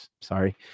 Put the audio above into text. Sorry